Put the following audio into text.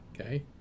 Okay